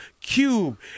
Cube